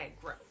growth